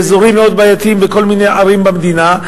באזורים מאוד בעייתיים בכל מיני ערים במדינה,